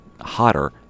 hotter